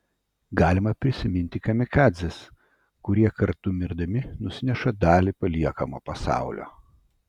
galima prisiminti kamikadzes kurie kartu mirdami nusineša dalį paliekamo pasaulio